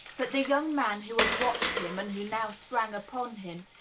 but the young man who had watched him and who now sprang upon him,